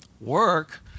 Work